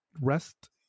rest